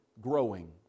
growing